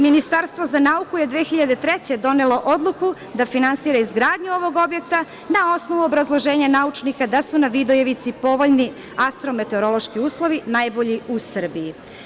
Ministarstvo za nauku je 2003. godine donelo odluku da finansira izgradnju ovog objekta, na osnovu obrazloženja naučnika da su na Vidojevici povoljni astro-meteorološki uslovi, najbolji u Srbiji.